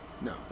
No